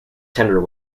tender